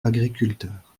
agriculteur